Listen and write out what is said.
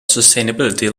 sustainability